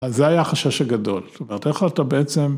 ‫אז זה היה החשש הגדול. ‫זאת אומרת, איך אתה בעצם...